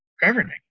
Governing